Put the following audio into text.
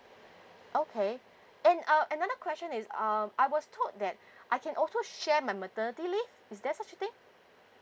okay and uh another question is um I was told that I can also share my maternity leave is there such a thing